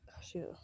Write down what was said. shoot